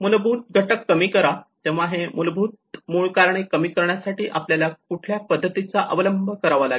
मूलभूत घटक कमी करा तेव्हा हे मूलभूत मूळ कारणे कमी करण्यासाठी आपल्याला कुठल्या पद्धतीचा अवलंब करावा लागेल